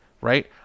right